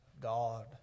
God